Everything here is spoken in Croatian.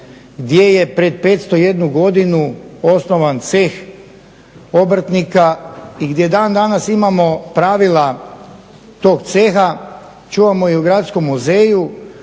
gdje je pred 501 godinu osnovan Ceh obrtnika i gdje dan danas imamo pravila tog ceha, čuvamo je u gradskom muzeju.